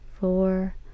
four